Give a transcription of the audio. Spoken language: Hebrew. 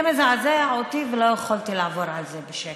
זה מזעזע אותי ולא יכולתי לעבור על זה בשקט.